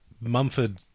Mumford